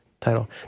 Title